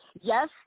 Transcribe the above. Yes